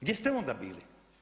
Gdje ste onda bili?